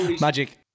Magic